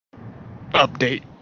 update